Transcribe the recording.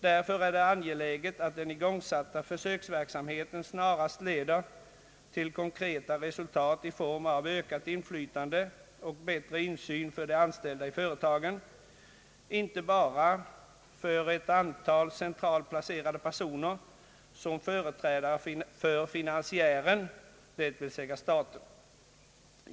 Därför är det angeläget att den igångsatta försöksverksamheten snarast leder till konkreta resultat i form av ökat inflytande och bättre insyn för de anställda i företagen, inte bara för ett antal centralt placerade personer som företrädare för finansiären, dvs. staten.